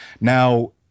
Now